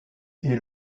est